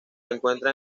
encuentra